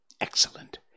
Excellent